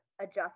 adjust